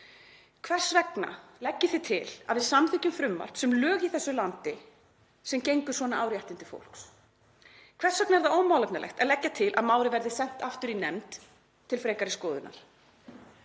Hvers vegna leggið þið til að við samþykkjum frumvarp sem lög í þessu landi sem gengur svona á réttindi fólks? Hvers vegna er það ómálefnalegt að leggja til að málið verði sent aftur í nefnd til frekari skoðunar?